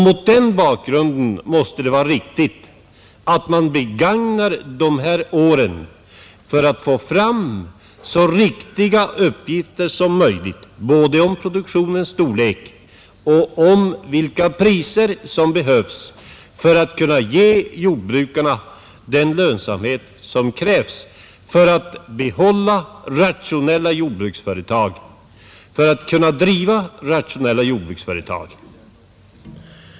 Mot den bakgrunden måste det vara riktigt att man begagnar de här åren för att få fram så riktiga uppgifter som möjligt både om produktionens storlek och om vilka priser som behövs för att ge jordbrukarna den lönsamhet som krävs för att behålla rationella jordbruksföretag, för att kunna driva rationella jordbruksföretag.